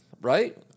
right